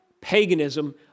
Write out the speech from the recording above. paganism